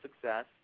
success